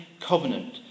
covenant